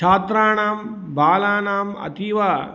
छात्रानां बालानां अतीव